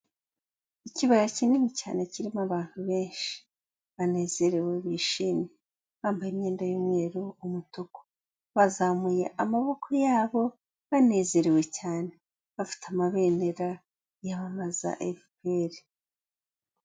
Ikibaya kinini cyane kirimo abantu benshi, banezerewe bishimye, bambaye imyenda y'umweru, umutuku, bazamuye amaboko yabo banezerewe cyane, bafite amabendera yamamaza FPR.